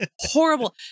horrible